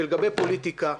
ולגבי פוליטיקה,